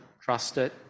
trusted